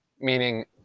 meaning